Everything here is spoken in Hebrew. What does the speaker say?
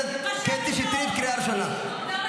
תגיבו